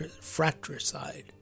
Fratricide